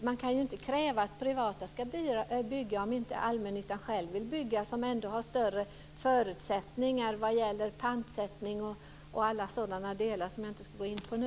Man kan ju inte kräva att privata ska bygga om inte allmännyttan själv vill bygga, som ändå har bättre förutsättningar vad gäller pantsättning och sådana delar som jag inte ska gå in på nu.